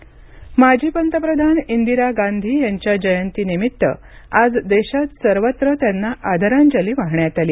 इंदिरा गांधी जयंती माजी पंतप्रधान इंदिरा गांधी यांच्या जयंती निमित्त आज देशात सर्वत्र त्यांना आदरांजली वाहण्यात आली